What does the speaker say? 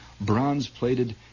bronze-plated